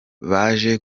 baje